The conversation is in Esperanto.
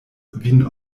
vin